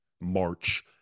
March